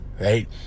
right